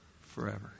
forever